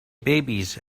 babies